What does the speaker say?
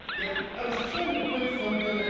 yeah? i was trying to print something. ah